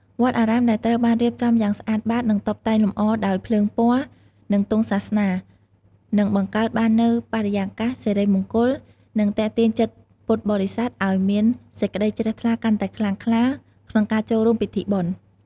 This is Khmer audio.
វត្តអារាមដែលត្រូវបានរៀបចំយ៉ាងស្អាតបាត និងតុបតែងលម្អដោយ ភ្លើងពណ៌ និងទង់សាសនា នឹងបង្កើតបាននូវបរិយាកាសសិរីមង្គល និងទាក់ទាញចិត្តពុទ្ធបរិស័ទឱ្យមានសេចក្ដីជ្រះថ្លាកាន់តែខ្លាំងក្លា ក្នុងការចូលរួមពិធីបុណ្យ។